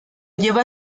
lleva